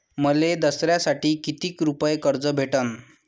मले दसऱ्यासाठी कितीक रुपये कर्ज भेटन?